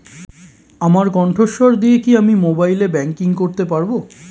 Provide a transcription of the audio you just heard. আমার কন্ঠস্বর দিয়ে কি আমি মোবাইলে ব্যাংকিং করতে পারবো?